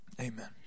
Amen